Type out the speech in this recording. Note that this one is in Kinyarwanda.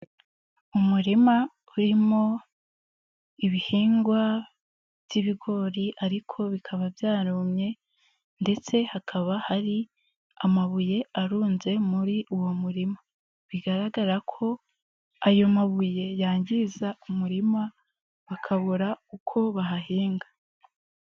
Umurima urimo ibihingwa by'ibigori ariko bikaba byarumye ndetse hakaba hari amabuye arunze muri uwo murima, bigaragara ko ayo mabuye yangiza umurima bakabura uko bahahinga.